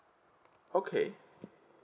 okay